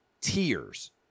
tears